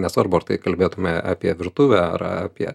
nesvarbu ar tai kalbėtumėme apie virtuvę ar apie